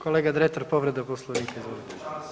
Kolega Dretar povreda Poslovnika, izvolite.